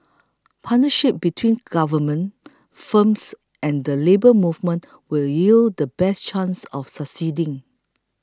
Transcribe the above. partnership between government firms and the Labour Movement will yield the best chance of succeeding